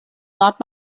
not